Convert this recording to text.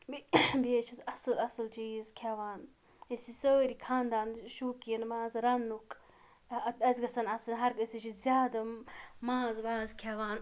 بیٚیہِ بیٚیہِ حظ چھَس بہٕ اَصٕل اَصٕل چیٖز کھٮ۪وان أسۍ چھِ سٲری خانٛدان شوقیٖن ماز رَننُک اَسہِ گَژھن ٲسٕنۍ ہر کٲنٛسہِ أسۍ حظ چھِ زیادٕ ماز واز کھٮ۪وان